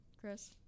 Chris